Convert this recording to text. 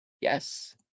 yes